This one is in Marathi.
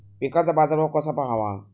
पिकांचा बाजार भाव कसा पहावा?